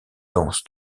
dense